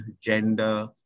gender